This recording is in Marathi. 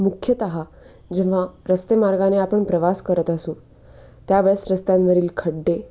मुख्यतः जेव्हा रस्तेमार्गाने आपण प्रवास करत असू त्यावेळेस रस्त्यांवरील खड्डे